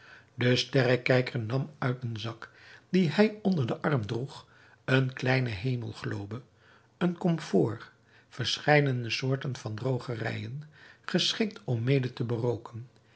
de sterrekijker nam uit een zak dien hij onder den arm droeg eene kleine hemelglobe een komfoor verscheidene soorten van droogerijen geschikt om mede te berooken